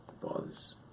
bothers